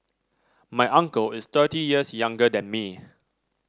my uncle is thirty years younger than me